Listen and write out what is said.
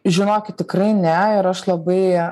žinokit tikrai ne ir aš labai